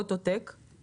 אוטו-טק,